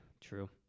True